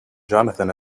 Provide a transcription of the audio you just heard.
johnathan